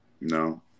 No